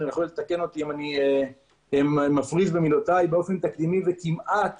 יכול לתקן אותי אם אני מפריז במילותיי באופן תקדימי וכמעט